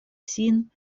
sin